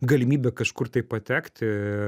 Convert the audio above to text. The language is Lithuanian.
galimybė kažkur tai patekti